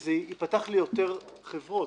שזה ייפתח ליותר חברות?